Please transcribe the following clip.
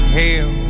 hell